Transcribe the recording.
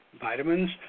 Vitamins